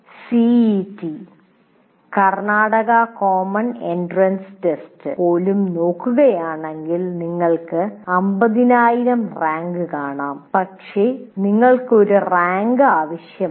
CET Karnataka common entrance test പോലും നോക്കുകയാണെങ്കിൽ നിങ്ങൾക്ക് 50000 റാങ്ക് നേടാം പക്ഷേ നിങ്ങൾക്ക് ഒരു റാങ്ക് ആവശ്യമാണ്